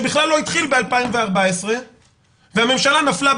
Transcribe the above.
שבכלל לא התחיל ב-2014 והממשלה נפלה,